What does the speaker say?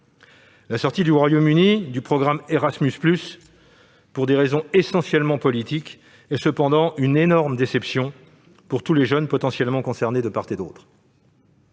La sortie du Royaume-Uni du programme Erasmus+, pour des raisons essentiellement politiques, est cependant une énorme déception pour tous les jeunes potentiellement concernés de part et d'autre.